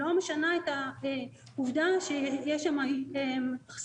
לא משנה את העובדה שיש שם אכסניה.